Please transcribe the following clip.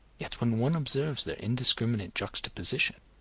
yet when one observes their indiscriminate juxtaposition,